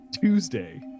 Tuesday